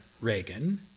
Reagan